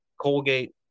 Colgate